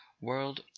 world